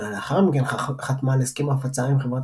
שנה לאחר מכן חתמה על הסכם הפצה עם חברת